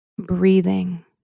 Breathing